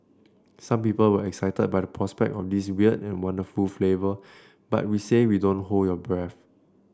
some people were excited by the prospect of this weird and wonderful flavour but we say we don't hold your breath